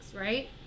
right